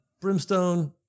brimstone